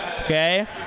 Okay